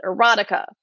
Erotica